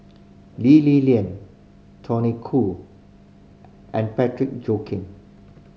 Lee Li Lian Tony Khoo and Joaquim